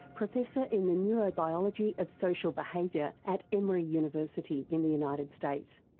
professor in the neurobiology of social behaviour at emory university in the united states